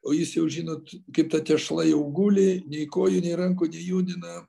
o jis jau žinot kaip ta tešla jau guli nei kojų nei rankų nejudina